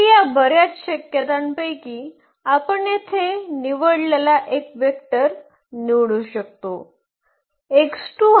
तर या बर्याच शक्यतांपैकी आपण फक्त येथे निवडलेला एक वेक्टर निवडू शकतो